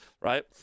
right